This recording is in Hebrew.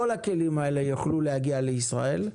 כל הכלים האלו יוכלו להגיע לישראל.